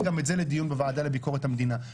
גם את זה לדיון בוועדה לביקורת המדינה.